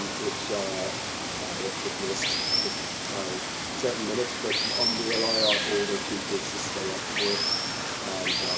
which i have just missed by seven minutes. but um we allow our older two kids to stay up for it and